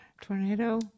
Tornado